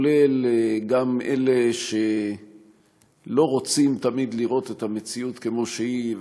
גם אלה שלא רוצים תמיד לראות את המציאות כמו שהיא,